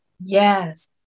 Yes